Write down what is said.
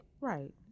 Right